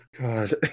God